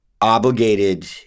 obligated